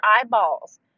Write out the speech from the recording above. eyeballs